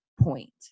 point